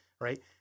Right